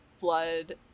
blood